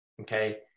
Okay